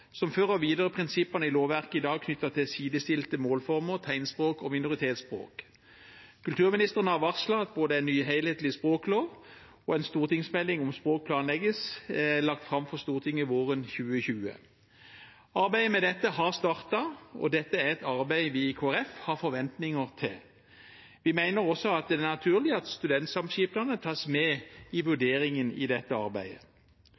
som fører videre prinsippene i dagens lovverk knyttet til sidestilte målformer, tegnspråk og minoritetsspråk. Kulturministeren har varslet at både en ny, helhetlig språklov og en stortingsmelding om språk planlegges lagt fram for Stortinget våren 2020. Arbeidet med dette har startet, og dette er et arbeid vi i Kristelig Folkeparti har forventninger til. Vi mener også at det er naturlig at studentsamskipnadene tas med i vurderingen i dette arbeidet.